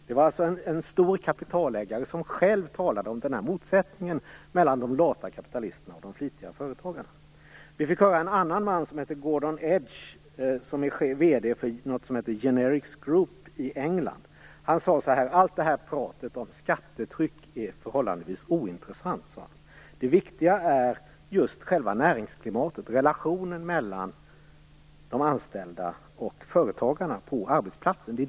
Det var alltså en stor kapitalägare som själv talade om motsättningen mellan de lata kapitalisterna och de flitiga företagarna. Vi fick också höra en annan man, Gordon Edge. Han är vd för något som heter Generics Group i England. Han sade att allt prat om skattetryck är förhållandevis ointressant. Det viktiga är just själva näringsklimatet, relationen mellan de anställda och företagarna på arbetsplatsen.